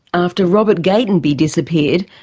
after robert gatenby disappeared,